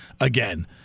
again